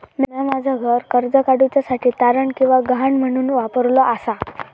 म्या माझा घर कर्ज काडुच्या साठी तारण किंवा गहाण म्हणून वापरलो आसा